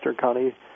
County